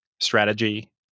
Strategy